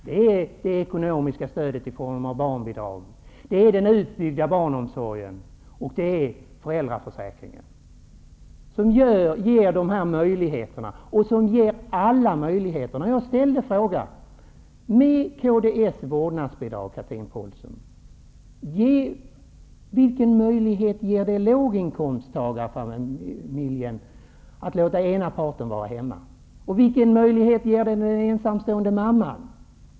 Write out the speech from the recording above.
Det är det ekonomiska stödet i form av barnbidrag, den utbyggda barnomsorgen och föräldraförsäkringen som ger alla dessa möjligheter. Vilken möjlighet, Chatrine Pålsson, ger kds vårdnadsbidrag låginkomsttagarfamiljen att låta ena parten vara hemma? Vilken möjlighet får den ensamstående mamman?